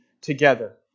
together